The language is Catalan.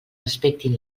respectin